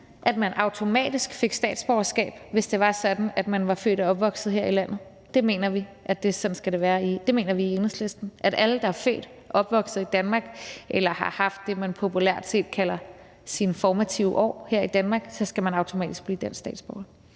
at man automatisk fik statsborgerskab, hvis det var sådan, at man var født og opvokset her i landet. Sådan mener vi i Enhedslisten at det skal være – at alle, der er født og opvokset i Danmark og har haft det, man populært kalder sine formative år her i Danmark, automatisk bliver danske statsborgere.